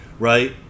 right